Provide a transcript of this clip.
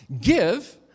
Give